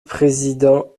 président